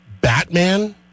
Batman